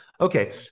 Okay